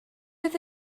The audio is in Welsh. oedd